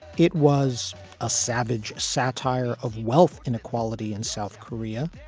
it was a savage satire of wealth inequality in south korea.